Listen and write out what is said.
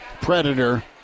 Predator